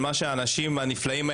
בתחומי הבינה המלאכותית וכן הלאה וכן